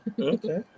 Okay